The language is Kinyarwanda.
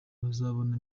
bazabona